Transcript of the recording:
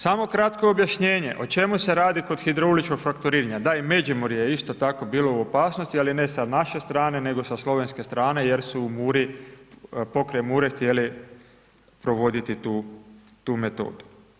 Samo kratko objašnjenje o čemu se radi kod hidrauličkog frakturiranja, da i Međimurje je isto tako bilo u opasnosti, ali ne sa naše strane nego sa Slovenske strane jer su u Muri, pokraj Mure htjeli provoditi tu metodu.